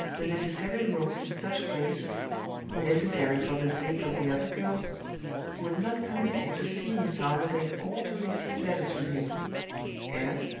the necessary rules in such places necessary for the sake of the other girls would not permit you to see mr. armadale or to receive letters from him and,